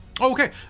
Okay